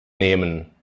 nehmen